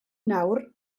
nawr